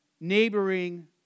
neighboring